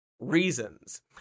Reasons